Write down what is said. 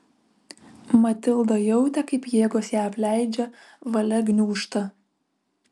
matilda jautė kaip jėgos ją apleidžia valia gniūžta